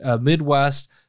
Midwest